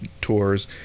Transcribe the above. tours